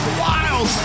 wild